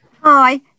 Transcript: Hi